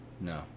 No